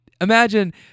Imagine